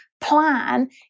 plan